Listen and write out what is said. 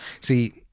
See